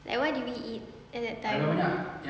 like what did we eat at that time